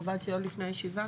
חבל שזה יום לפני הישיבה.